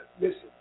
Listen